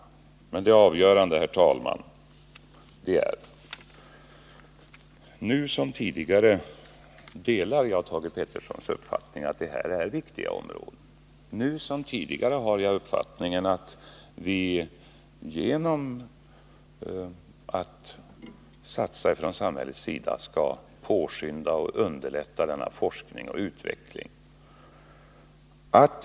Men det avgörande, herr talman, är följande: Nu som tidigare delar jag Thage Petersons uppfattning att det här är viktiga områden. Nu som tidigare har jag uppfattningen att vi genom att satsa från samhällets sida skall påskynda och underlätta denna forskning och utveckling.